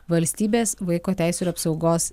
valstybės vaiko teisių ir apsaugos